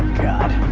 god